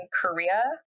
Korea